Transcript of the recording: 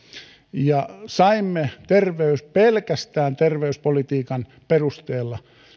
saimme pelkästään terveyspolitiikan perusteella